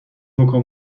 بکن